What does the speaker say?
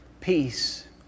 Peace